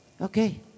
Okay